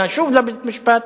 פנה שוב לבית-המשפט